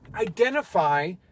identify